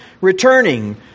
returning